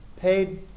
paid